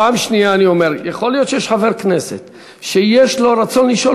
פעם שנייה אני אומר: יכול להיות שיש חבר כנסת שיש לו רצון לשאול